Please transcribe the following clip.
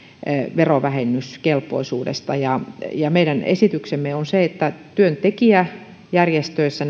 verovähennyskelpoisuudesta ja ja meidän esityksemme on se että työntekijäjärjestöissä